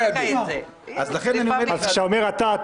--- כשאומרים "אתה",